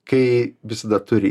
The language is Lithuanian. kai visada turi